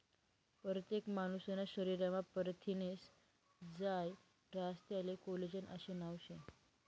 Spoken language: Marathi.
परतेक मानूसना शरीरमा परथिनेस्नं जायं रास त्याले कोलेजन आशे नाव शे